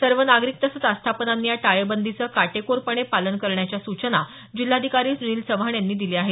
सर्व नागरिक तसंच आस्थापनांनी या टाळेबंदीचं काटेकोरपणे पालन करण्याच्या सूचना जिल्हाधिकारी सुनील चव्हाण यांनी दिल्या आहेत